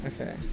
Okay